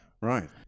Right